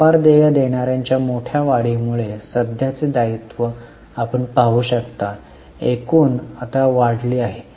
व्यापार देय देणार्यांच्या मोठ्या वाढीमुळे सध्याचे दायित्व आपण पाहू शकता एकूण आता वाढली आहे